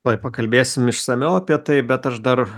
tuoj pakalbėsim išsamiau apie tai bet aš dar